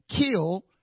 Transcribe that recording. kill